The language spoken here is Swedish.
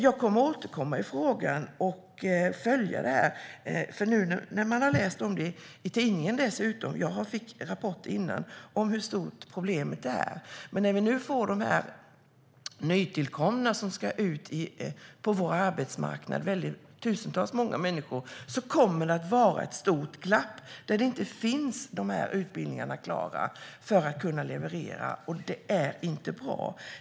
Jag kommer att återkomma i frågan och följa detta. Nu har man dessutom kunnat läsa om det i tidningen, och jag har fått rapporter tidigare om hur stort problemet är. Nu får vi också tusentals nytillkomna människor som ska ut på vår arbetsmarknad, och det kommer att vara ett stort glapp eftersom det inte finns utbildningar klara för att kunna leverera. Det är inte bra.